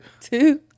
two